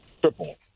triple